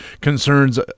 concerns